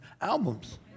Albums